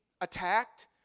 attacked